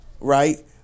right